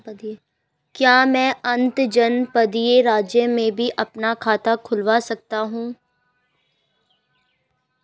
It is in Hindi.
क्या मैं अंतर्जनपदीय राज्य में भी अपना खाता खुलवा सकता हूँ?